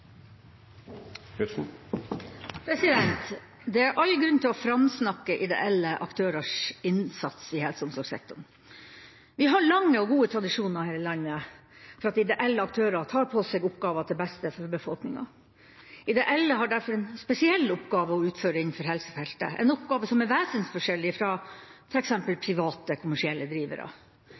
innstilling. Det er all grunn til å framsnakke ideelle aktørers innsats i helse- og omsorgssektoren. Vi har lange og gode tradisjoner her i landet for at ideelle aktører tar på seg oppgaver til beste for befolkningen. Ideelle har derfor en spesiell oppgave å utføre innenfor helsefeltet – en oppgave som er vesensforskjellig fra f.eks. private